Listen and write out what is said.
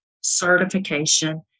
certification